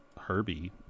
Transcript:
Herbie